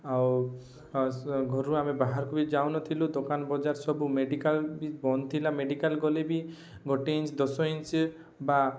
ଆଉ ଆସ ଘରୁ ଆମେ ବାହାରକୁ ମଧ୍ୟ ଯାଉନଥିଲୁ ଦୋକାନ ବଜାର ସବୁ ମେଡ଼ିକାଲ ବି ବନ୍ଦ ଥିଲା ମେଡ଼ିକାଲ ଗଲେ ବି ଗୋଟେ ଇଞ୍ଚ ଦଶ ଇଞ୍ଚ ବା